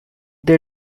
they